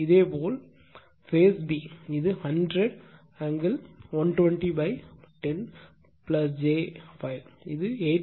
இதேபோல் phase b இது 100 angle 10 j 5 இது 8